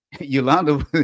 Yolanda